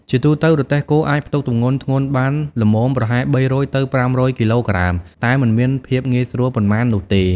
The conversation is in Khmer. ជាទូទៅ រទេះគោអាចផ្ទុកទម្ងន់ធ្ងន់បានល្មម ប្រហែល ៣០០ ទៅ ៥០០ គីឡូក្រាម តែមិនមានភាពងាយស្រួលប៉ុន្មាននោះទេ ។